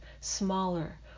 smaller